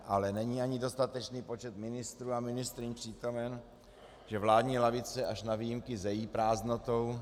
Ale není ani dostatečný počet ministrů a ministryň přítomen, vládní lavice až na výjimky zejí prázdnotou.